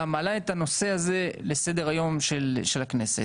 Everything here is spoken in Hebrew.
מעלה את הנושא הזה לסדר-היום של הכנסת,